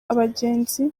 abagenzi